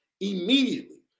Immediately